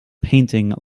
painting